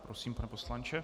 Prosím, pane poslanče.